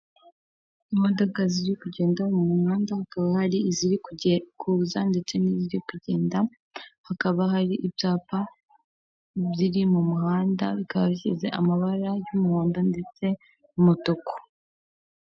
Imodoka ziri kugenda mu muhanda, hakaba hari iziri kuza ndetse n'iziri kugenda, hakaba hari ibyapa biri mu muhanda, bikaba bisize amabara y'umuhondo ndetse n'umutuku.